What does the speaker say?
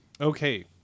Okay